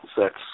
sex